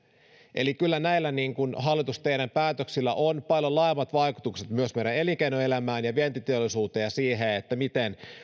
eli kyllä hallitus näillä teidän päätöksillänne on paljon laajemmat vaikutukset myös meidän elinkeinoelämään ja vientiteollisuuteen ja siihen miten